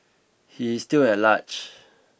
he is still at large